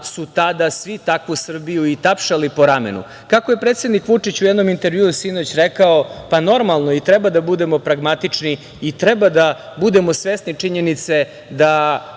su tada svi takvu Srbiju i tapšali po ramenu. Kako je predsednik Vučić u jednom intervjuu sinoć rekao, normalno je i treba da budemo pragmatični i treba da budemo svesni činjenice da